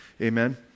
Amen